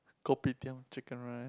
kopitiam chicken rice